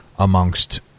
Amongst